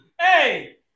Hey